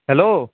hello